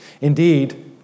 Indeed